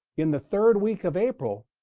in the third week of april,